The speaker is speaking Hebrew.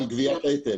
על גביית יתר.